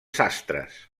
sastres